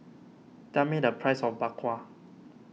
tell me the price of Bak Kwa